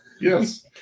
Yes